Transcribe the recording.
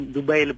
Dubai